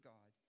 God